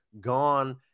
gone